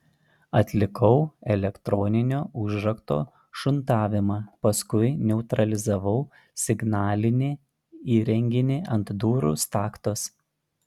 atlikau elektroninio užrakto šuntavimą paskui neutralizavau signalinį įrenginį ant durų staktos